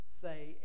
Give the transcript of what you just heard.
say